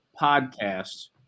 podcast